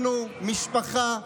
אנחנו משפחה.